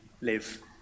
live